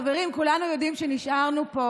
חברים, כולנו יודעים שנשארנו פה